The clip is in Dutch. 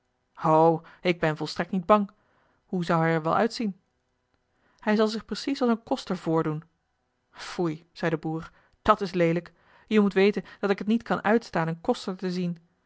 o ik ben volstrekt niet bang hoe zou hij er wel uitzien hij zal zich precies als een koster voordoen foei zei de boer dat is leelijk je moet weten dat ik het niet kan uitstaan een koster te zien